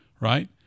right